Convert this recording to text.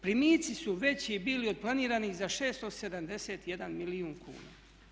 Primici su veći bili od planiranih za 671 milijun kuna.